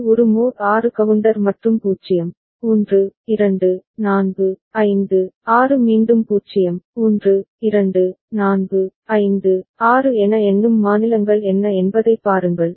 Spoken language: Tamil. இது ஒரு மோட் 6 கவுண்டர் மற்றும் 0 1 2 4 5 6 மீண்டும் 0 1 2 4 5 6 என எண்ணும் மாநிலங்கள் என்ன என்பதைப் பாருங்கள்